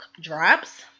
drops